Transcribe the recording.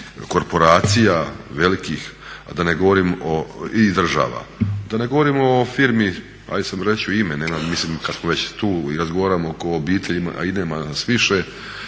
korporacija velikih i država. Da ne govorimo o firmi, ajd sad reći ću ime, mislim kad smo već tu i razgovaramo oko obitelji, a i nema nas više,